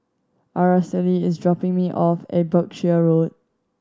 Aracely is dropping me off at Berkshire Road